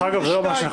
אגב, זה לא ממש נכון.